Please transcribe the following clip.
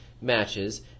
matches